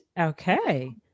Okay